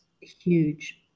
huge